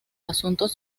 asuntos